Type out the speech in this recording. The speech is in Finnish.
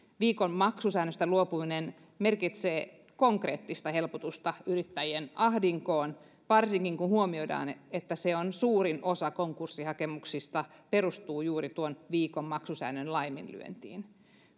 viikon maksusäännöstä luopuminen merkitsee konkreettista helpotusta yrittäjien ahdinkoon varsinkin kun huomioidaan että suurin osa konkurssihakemuksista perustuu juuri tuon viikon maksusäännön laiminlyöntiin